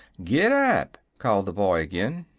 gid-dap! called the boy, again.